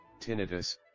tinnitus